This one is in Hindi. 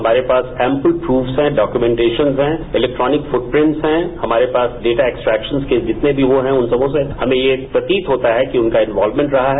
हमारे पास एम्पुल प्रफ्स हैं डॉक्योमेंटेशन हैं इलेक्ट्रॉनिक फुटप्रिट्स हैं हमारे पास डेटा एक्सट्रैक्शंस के जितने भी वो है उन सबों से हमें ये प्रतीत होता है कि उनका इनवॉल्वमेंट रहा है